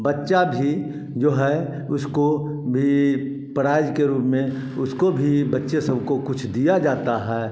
बच्चा भी जो है उसको भी प्राइज़ के रूप में उसको भी बच्चे सब को कुछ दिया जाता है